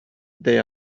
they